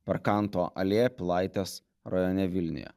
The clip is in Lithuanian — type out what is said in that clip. per kanto alėją pilaitės rajone vilniuje